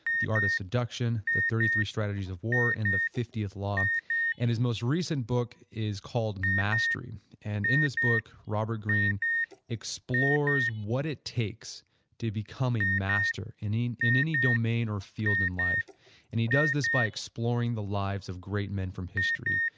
the art of seduction, the thirty three strategies of war and the fiftieth law and his most recent book is called mastery and in this book robert greene explores what it takes to become a master in in any domain or field in life and he does this by exploring the lives of great men from history.